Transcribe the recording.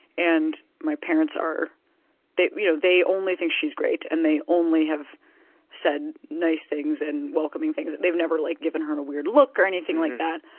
and my parents are they you know they only think she's great and they only have said nice things and welcoming things. they've never like given her a weird look or anything like that.